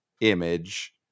image